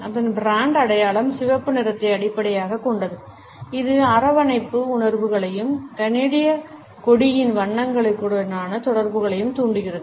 அதன் பிராண்ட் அடையாளம் சிவப்பு நிறத்தை அடிப்படையாகக் கொண்டது இது அரவணைப்பு உணர்வுகளையும் கனேடியக் கொடியின் வண்ணங்களுடனான தொடர்புகளையும் தூண்டுகிறது